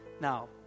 Now